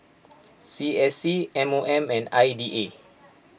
C S C M O M and I D A